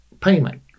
payment